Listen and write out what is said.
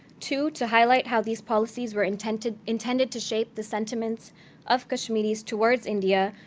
two, to highlight how these policies were intended intended to shape the sentiments of kashmiris towards india,